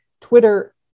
Twitter